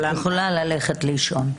את יכולה ללכת לישון...